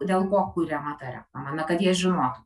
dėl ko kuriama ta reklama na kad jie žinotų